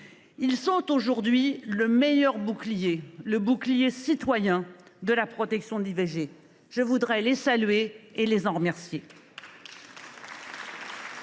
Ils sont aujourd’hui le meilleur bouclier, le bouclier citoyen de la protection de l’IVG. Je veux les saluer et les en remercier.